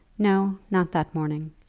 no not that morning.